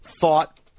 thought